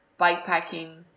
bikepacking